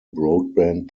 broadband